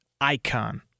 icon